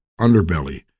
underbelly